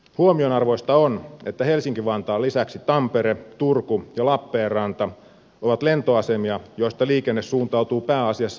huomionarvoista on että helsinki vantaan lisäksi tampere turku ja lappeenranta ovat lentoasemia joista liikenne suuntautuu pääasiassa ulkomaille